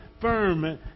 firm